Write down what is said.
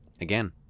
Again